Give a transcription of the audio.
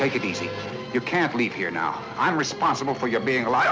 take it easy you can't leave here now i'm responsible for your being alive